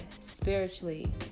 spiritually